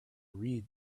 read